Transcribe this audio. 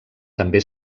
també